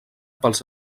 pels